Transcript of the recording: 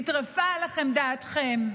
נטרפה עליכם דעתכם,